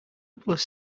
plus